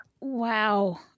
Wow